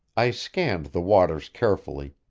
i scanned the waters carefully,